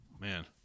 man